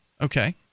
Okay